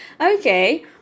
Okay